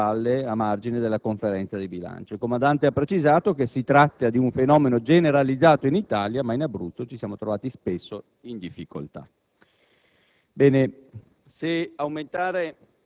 che ha rivelato il Comandante regionale delle Fiamme Gialle a margine della conferenza di bilancio. Il comandante ha precisato che si tratta di un fenomeno generalizzato in Italia, ma in Abruzzo si sono trovati spesso in difficoltà.